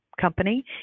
company